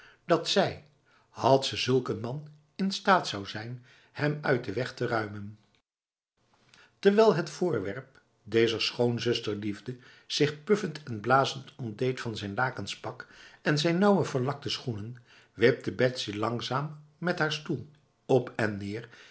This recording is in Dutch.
dat zij had ze zulk een man in staat zou zijn hem uit de weg te ruimen terwijl het voorwerp dezer schoonzusterliefde zich puffend en blazend ontdeed van zijn lakens pak en zijn nauwe verlakte schoenen wipte betsy langzaam met haar stoel op en neer